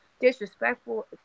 disrespectful